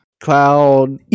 Cloud